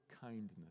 kindness